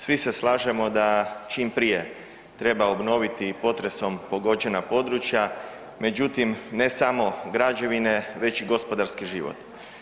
Svi se slažemo da čim prije treba obnoviti potresom pogođena područja, međutim ne samo građevine već i gospodarski život.